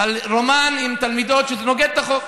רומן עם תלמידות, שזה נוגד את החוק.